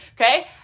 okay